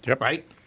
Right